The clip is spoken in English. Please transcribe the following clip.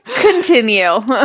continue